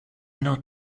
not